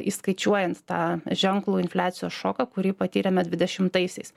įskaičiuojant tą ženklų infliacijos šoką kurį patyrėme dvidešimtaisiais